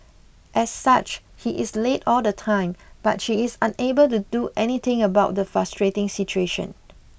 as such he is late all the time but she is unable to do anything about the frustrating situation